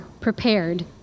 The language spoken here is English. prepared